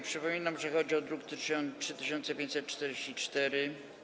Przypominam, że chodzi o druk nr 3544.